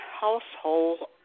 household